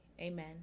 amen